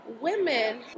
women